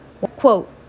quote